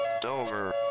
Dover